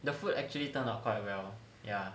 the food actually turned out quite well ya